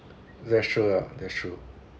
yeah sure lah that's true